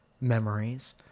memories